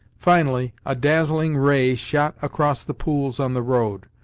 finally, a dazzling ray shot across the pools on the road,